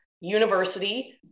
university